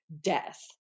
death